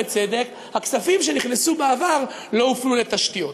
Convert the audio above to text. בצדק: הכספים שנכנסו בעבר לא הופנו לתשתיות.